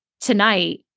tonight